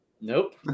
Nope